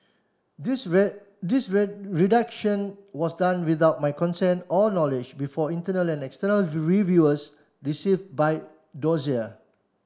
this red this red redaction was done without my consent or knowledge before internal and external reviewers received by dossier